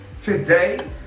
Today